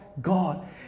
God